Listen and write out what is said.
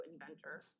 inventor